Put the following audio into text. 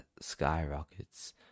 skyrockets